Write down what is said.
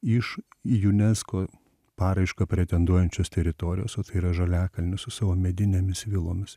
iš į unesco paraišką pretenduojančios teritorijos o tai yra žaliakalnis su savo medinėmis vilomis